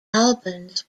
albans